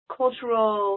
cultural